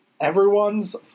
everyone's